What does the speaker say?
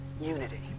unity